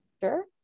sure